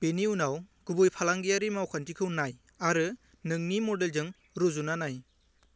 बेनि उनाव गुबै फालांगियारि मावखान्थिखौ नाय आरो नोंनि मडेलजों रुजुना नाय